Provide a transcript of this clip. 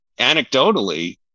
Anecdotally